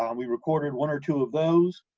um we recorded one or two of those.